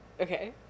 Okay